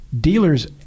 dealers